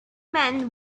man